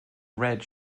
red